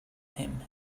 him